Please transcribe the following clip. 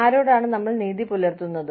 ആരോടാണ് നമ്മൾ നീതി പുലർത്തുന്നത്